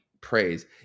praise